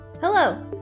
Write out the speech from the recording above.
Hello